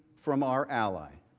from our ally.